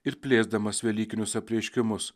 ir plėsdamas velykinius apreiškimus